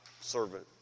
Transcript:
servant